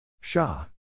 Shah